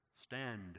stand